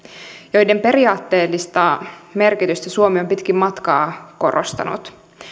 joiden periaatteellista merkitystä suomi on pitkin matkaa korostanut